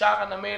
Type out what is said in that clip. - לשאר הנמל